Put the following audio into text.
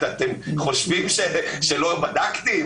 אתם חושבים שלא בדקתי,